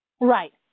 Right